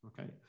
okay